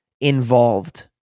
involved